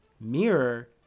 Mirror